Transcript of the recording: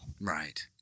Right